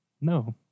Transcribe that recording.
No